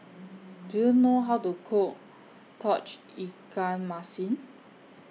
Do YOU know How to Cook Tauge Ikan Masin